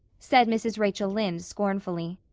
said mrs. rachel lynde scornfully.